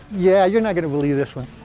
yeah you're not gonna believe this one.